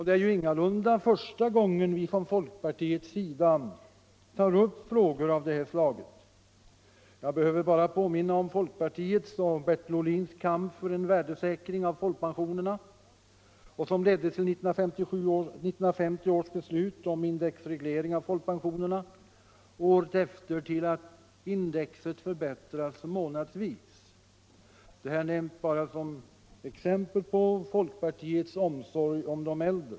Det är ingalunda första gången som vi från folkpartiets sida tar upp frågor av detta slag. Jag behöver bara påminna om folkpartiets och Bertil Ohlins kamp för en värdesäkring av folkpensionerna som ledde till 1950 års beslut om indexreglering av folkpensionerna och året efter till att indextillägget förbättras månadsvis. Jag nämner detta bara som exempel på folkpartiets omsorg om de äldre.